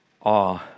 awe